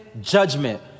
judgment